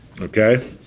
okay